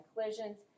collisions